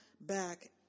back